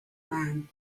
man